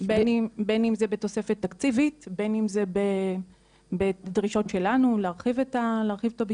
בין אם זה בתוספת תקציבית או בין אם זה בדרישות שלנו להרחיב את הביטוח.